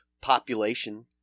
population